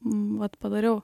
vat padariau